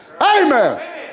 amen